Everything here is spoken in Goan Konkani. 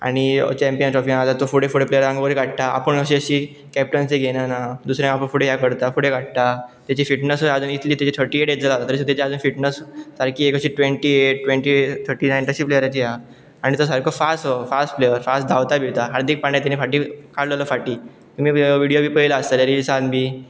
आनी चँपियन ट्रॉपी आसा तो फुडे फुडें प्लेयरांक वयर काडटा आपूण अशी अशी कॅप्टन्सी घेयना दुसऱ्यांकूय फुडें करता फुडें काडटा तेज फिटनसूयजून इतली तेज थटी एट एज जाता तशें तेज आजूनय फिटनस सारकी एक अशी ट्वेंटी एट ट्वेंटी थटी नायन तशी प्लेयरस आसा आनी तो सारको फास्स फास्ट प्लेयर फास्ट धांवता हार्दिक पांड्या ते फटी काडलेलो फाटी तुमी विडियो बी पळयलो आसतलेली रिल्सा बी